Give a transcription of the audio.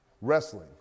Wrestling